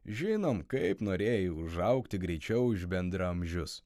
žinom kaip norėjai užaugti greičiau už bendraamžius